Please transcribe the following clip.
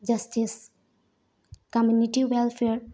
justice community welfare